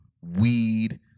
weed